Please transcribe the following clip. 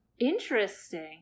Interesting